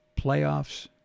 playoffs